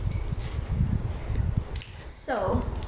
so